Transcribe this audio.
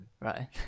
right